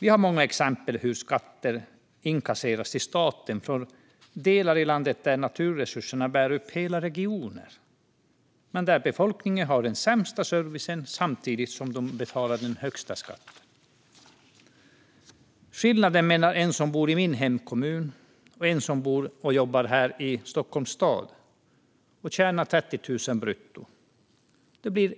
Vi har många exempel på hur skatter inkasseras till staten från delar av landet där naturresurserna bär upp hela regioner, men där befolkningen har den sämsta servicen samtidigt som de betalar den högsta skatten. Skillnaden mellan en som bor i min hemkommun och en som bor och jobbar här i Stockholms stad och tjänar 30 000 kronor brutto är